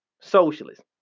Socialist